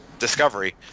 discovery